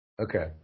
Okay